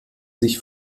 sich